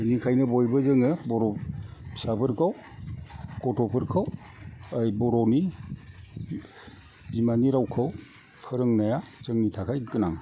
बिनिखायनो बयबो जोङो बर' फिसाफोरखौ गथ'फोरखौ ओइ बर'नि बिमानि रावखौ फोरोंनाया जोंनि थाखाय गोनां